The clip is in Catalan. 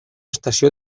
estació